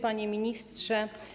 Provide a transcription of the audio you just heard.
Panie Ministrze!